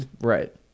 Right